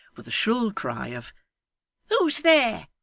with a shrill cry of who's there